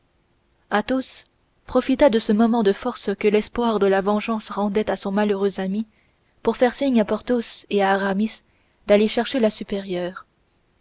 à te suivre athos profita de ce moment de force que l'espoir de la vengeance rendait à son malheureux ami pour faire signe à porthos et à aramis d'aller chercher la supérieure